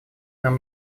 нам